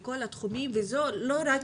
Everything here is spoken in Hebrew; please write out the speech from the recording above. לכל התחומים ולא רק